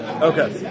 Okay